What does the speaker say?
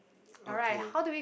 okay